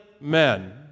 men